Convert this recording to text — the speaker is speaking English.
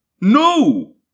No